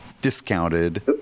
discounted